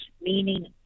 meaning